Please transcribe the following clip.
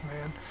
man